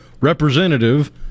representative